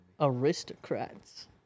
Aristocrats